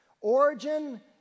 Origin